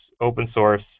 open-source